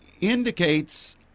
indicates